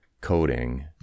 coding